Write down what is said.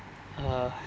uh